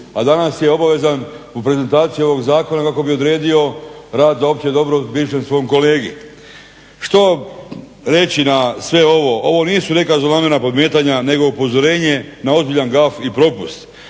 a danas je obavezan u prezentaciji ovog zakona kako bi odredio rad za opće dobro bivšem svom kolegi. Što reći na sve ovo? Ovo nisu neka zlonamjerna podmetanja nego upozorenje na ozbiljan gaf i propust